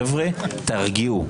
חבר'ה, תרגיעו.